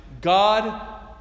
God